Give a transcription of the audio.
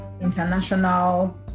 international